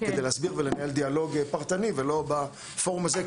כדי להסביר ולנהל דיאלוג פרטני ולא בפורום הזה,